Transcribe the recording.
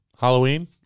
Halloween